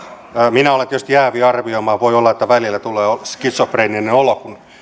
minä olen tietysti jäävi arvioimaan voi olla että välillä tulee skitsofreeninen olo kun